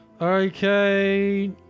Okay